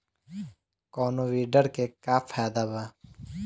कौनो वीडर के का फायदा बा?